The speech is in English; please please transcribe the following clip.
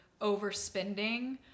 overspending